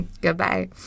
Goodbye